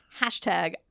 hashtag